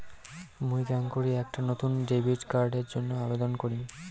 মুই কেঙকরি একটা নতুন ডেবিট কার্ডের জন্য আবেদন করিম?